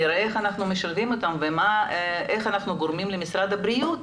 נראה איך אנחנו משלבים ביניהם ואיך אנחנו גורמים למשרד הבריאות